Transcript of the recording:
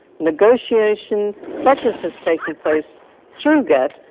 negotiation, such as has taken place through gatt,